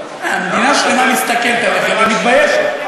הסיפור, מדינה שלמה מסתכלת עליכם ומתביישת.